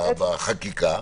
בחקיקה,